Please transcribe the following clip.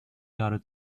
jahre